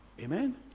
amen